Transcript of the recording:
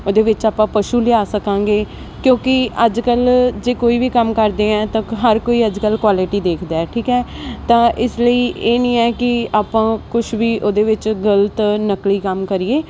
ਉਹਦੇ ਵਿੱਚ ਆਪਾਂ ਪਸ਼ੂ ਲਿਆ ਸਕਾਂਗੇ ਕਿਉਂਕਿ ਅੱਜ ਕੱਲ੍ਹ ਜੇ ਕੋਈ ਵੀ ਕੰਮ ਕਰਦੇ ਹੈ ਤਾਂ ਹਰ ਕੋਈ ਅੱਜ ਕੱਲ੍ਹ ਕੁਆਲਿਟੀ ਦੇਖਦਾ ਠੀਕ ਹੈ ਤਾਂ ਇਸ ਲਈ ਇਹ ਨਹੀਂ ਹੈ ਕਿ ਆਪਾਂ ਕੁਛ ਵੀ ਉਹਦੇ ਵਿੱਚ ਗਲਤ ਨਕਲੀ ਕੰਮ ਕਰੀਏ